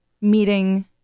meeting